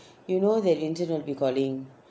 you know that incident you calling